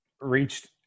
reached